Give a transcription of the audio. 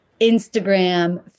Instagram